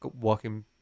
walking